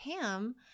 Pam